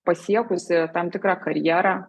pasiekusi tam tikrą karjerą